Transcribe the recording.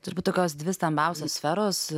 turbūt tokios dvi stambiausios sferos